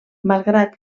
malgrat